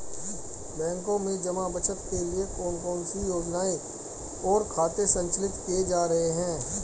बैंकों में जमा बचत के लिए कौन कौन सी योजनाएं और खाते संचालित किए जा रहे हैं?